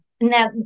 now